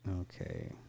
okay